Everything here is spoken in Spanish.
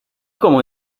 como